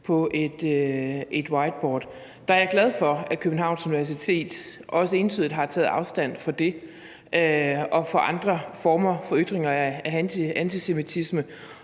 på et whiteboard, er jeg glad for, at Københavns Universitet også entydigt har taget afstand fra det og fra andre former for ytringer af antisemitisme.